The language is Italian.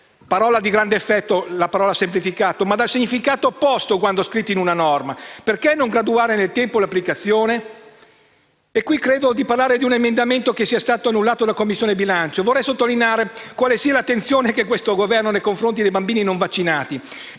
(parola di grande effetto, ma dal significato opposto quando scritta in una norma). Perché non graduare nel tempo l'applicazione? Mi riferisco a un emendamento che è stato bocciato dalla Commissione bilancio. Vorrei sottolineare quale sia l'attenzione che questo Governo ha nei confronti dei bimbi non vaccinati: